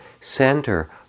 center